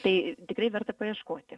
tai tikrai verta paieškoti